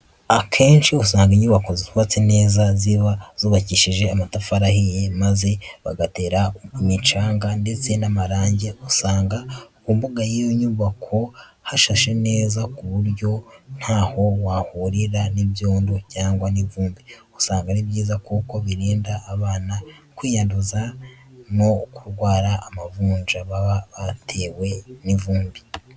Akenshi usanga inyubako zubatse neza ziba zubakishije amatafari ahiye maze bagatera imicanga ndetse n'amarange, usanga ku mbuga y'iyo nyubako hashashe neza ku buryo ntaho wahurira n'ibyondo cyangwa ivumbi, usanga ari byiza kuko birinda abana kwiyanduza ndetse no kurwara amavunja baba batewe n'ivumbi.